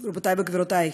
רבותי וגבירותי,